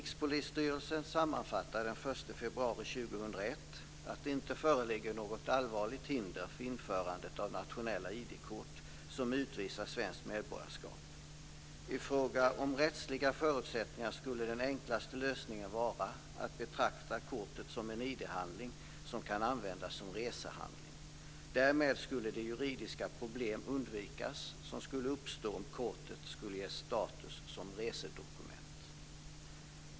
2001 att det inte föreligger något allvarligt hinder för införandet av nationella ID-kort som utvisar svenskt medborgarskap. I fråga om rättsliga förutsättningar skulle den enklaste lösningen vara att betrakta kortet som en ID-handling som kan användas som resehandling. Därmed skulle de juridiska problem undvikas som skulle uppstå om kortet skulle ges status som resedokument.